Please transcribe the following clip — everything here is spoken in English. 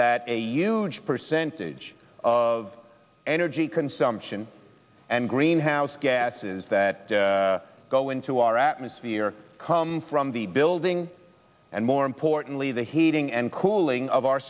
that a huge percentage of energy consumption and greenhouse gases that go into our atmosphere come from the building and more importantly the heating and cooling of our